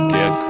Get